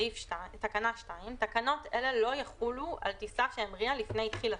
2. תקנות אלה לא יחולו על טיסה שהמריאה לפני תחילתן.